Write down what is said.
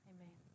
Amen